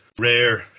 rare